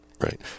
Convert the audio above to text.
Right